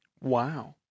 Wow